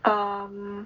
um